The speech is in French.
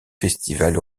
festivals